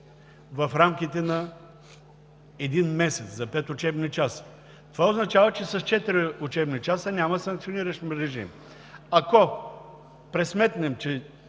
в рамките на един месец? Това означава, че с четири учебни часа няма санкциониращ режим. Ако пресметнем, че